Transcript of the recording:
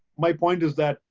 my point is that,